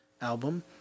album